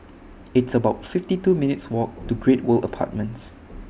It's about fifty two minutes' Walk to Great World Apartments